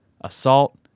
assault